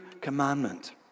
commandment